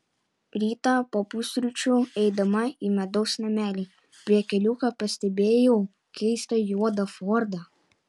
rytą po pusryčių eidama į medaus namelį prie keliuko pastebėjau keistą juodą fordą